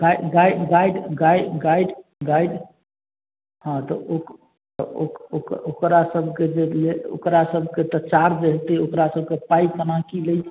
गाइ गाइ गाइड गाइ guide guide हँ तऽ ओके ओकरा सभके जे ओकरा सभके तऽ चार्ज हेतै ओकरा सभके पाइ कोना कि लै